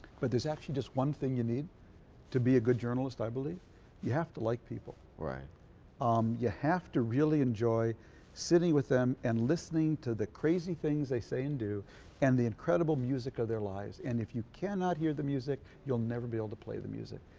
but there's actually just one thing you need to be a good journalist i believe you have to like people. sal right. tom um you have to really enjoy sitting with them and listening to the crazy things they say and do and the incredible music of their lives and if you cannot hear the music you'll never be able to play the music.